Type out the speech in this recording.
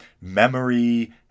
memory